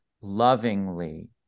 lovingly